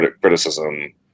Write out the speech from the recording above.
criticism